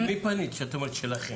למי פנית, כשאת אומרת שלכם?